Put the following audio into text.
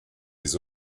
des